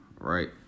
Right